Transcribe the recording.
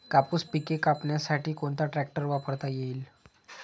कापूस पिके कापण्यासाठी कोणता ट्रॅक्टर वापरता येईल?